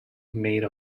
made